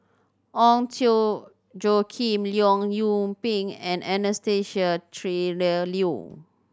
Ong Tjoe Kim Leong Yoon Pin and Anastasia Tjendri Liew